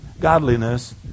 godliness